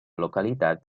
localitat